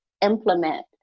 implement